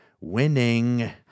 Winning